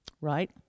right